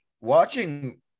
watching –